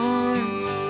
arms